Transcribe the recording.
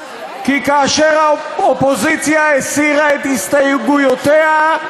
כי כאשר האופוזיציה הסירה את הסתייגויותיה,